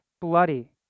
bloody